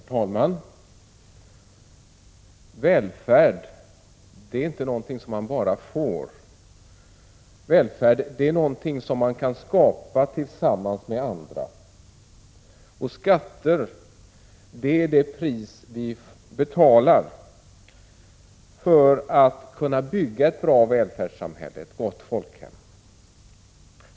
Herr talman! Välfärd är inte någonting som man bara får. Välfärd är någonting som man skapar tillsammans med andra, och skatter är det pris vi betalar för att kunna bygga ett bra välfärdssamhälle, ett gott folkhem.